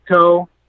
Co